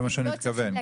זה מה שאני מתכוון,